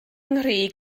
nghri